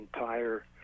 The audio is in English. entire